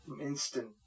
instant